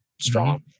strong